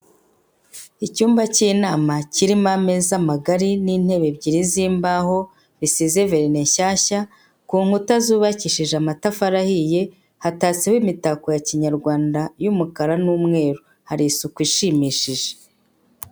Icyumba cy'inama kirimo ameza magari n'intebe ebyiri z'imbaho zisize verine nshyashya, ku nkuta zubakishije amatafari ahiye hatatseho imitako ya kinyarwanda y'umukara n'umweru, hari isuku ishimishije.